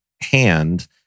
hand